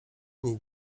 nic